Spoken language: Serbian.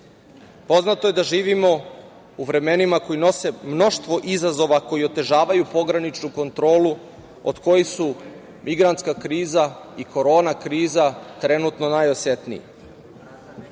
je da živimo u vremenima koja nose mnoštvo izazova koji otežavaju pograničnu kontrolu, od kojih su migrantska kriza i korona kriza trenutno najosetniji.S